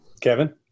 Kevin